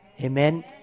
Amen